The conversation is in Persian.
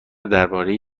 درباره